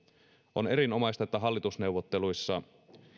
on erinomaista että hallitusneuvotteluissa